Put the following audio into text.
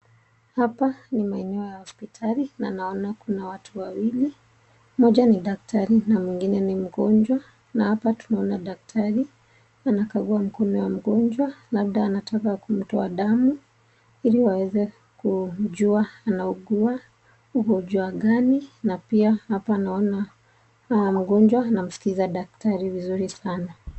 Hapa ni maeneo ya hospitali na ninaona kuna watu wawili moja ni daktari na mwingine ni mgonjwa na hapa tunaona daktari anakakua mkono ya mgonjwa labda anataka kuitoa damu hili aweze kujua anaugua ugonjwa gani, na pia hapa naona mama mgonjwa anasikisa daktari vizuri sana.